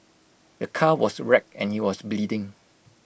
the car was wrecked and he was bleeding